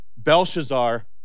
Belshazzar